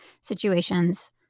situations